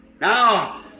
Now